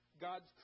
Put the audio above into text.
God's